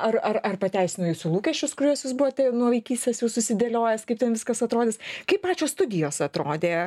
ar ar ar pateisino jūsų lūkesčius kuriuos jūs buvote nuo vaikystės susidėliojęs kaip ten viskas atrodys kaip pačios studijos atrodė